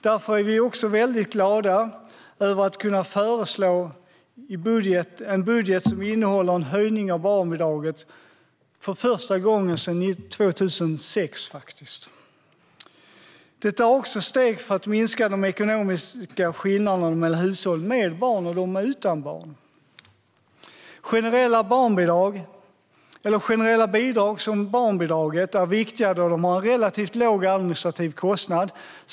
Därför är vi också väldigt glada över att kunna föreslå en budget som innehåller en höjning av barnbidraget för första gången sedan 2006. Det är också ett steg för att minska de ekonomiska skillnaderna mellan hushåll med barn och hushåll utan barn. Generella bidrag, till exempel barnbidraget, är viktiga eftersom de har en relativt låg administrativ kostnad.